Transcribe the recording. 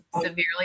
severely